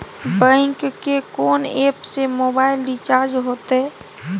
Bank के कोन app से मोबाइल रिचार्ज हेते?